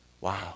Wow